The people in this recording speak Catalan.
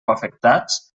afectats